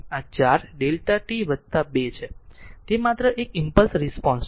આ 4 Δ t 2 છે તે માત્ર એક ઈમ્પલસ રિસ્પોન્સ છે